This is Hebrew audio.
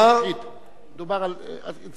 צריך להדגיש את זה.